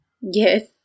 Yes